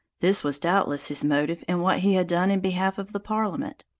this was doubtless his motive in what he had done in behalf of the parliament.